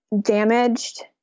damaged